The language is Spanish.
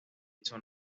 hizo